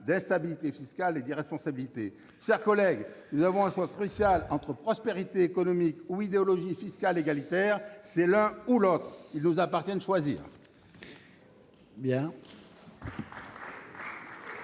d'instabilité fiscale et d'irresponsabilité ! Mes chers collègues, nous avons un choix crucial à faire entre prospérité économique ou idéologie fiscale égalitaire. C'est l'un ou l'autre. Il nous appartient de choisir